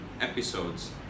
episodes